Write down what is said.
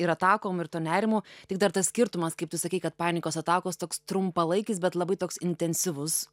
ir atakom ir tuo nerimu tik dar tas skirtumas kaip tu sakei kad panikos atakos toks trumpalaikis bet labai toks intensyvus